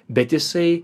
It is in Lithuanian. bet jisai